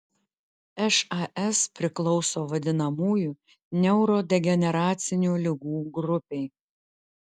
šas priklauso vadinamųjų neurodegeneracinių ligų grupei